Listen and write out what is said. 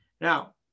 Now